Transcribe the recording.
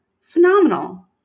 Phenomenal